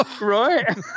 Right